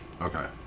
Okay